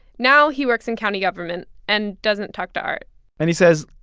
now he works in county government and doesn't talk to art and he says,